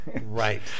right